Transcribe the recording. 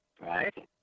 right